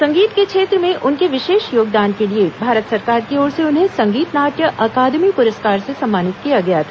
संगीत के क्षेत्र में उनके विशेष योगदान के लिए भारत सरकार की ओर से उन्हें संगीत नाट्य अकादमी पुरस्कार से सम्मानित किया गया था